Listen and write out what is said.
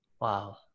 Wow